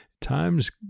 times